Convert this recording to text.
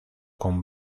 con